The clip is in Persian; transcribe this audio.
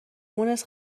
مونس